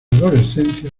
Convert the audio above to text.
adolescencia